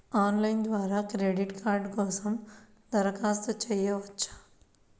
Online ద్వారా credit card కోసం దరఖాస్తు చేయవచ్చా?